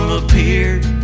appeared